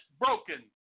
broken